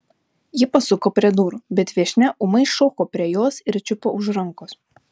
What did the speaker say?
ji pasuko prie durų bet viešnia ūmai šoko prie jos ir čiupo už rankos